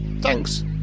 thanks